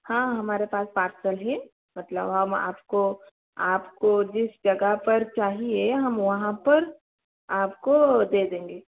हाँ हमारे पास पार्सल है मतलब हम आपको आपको जिस जगह पर चाहिए हम वहॉँ पर आपको दे देंगे